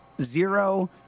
Zero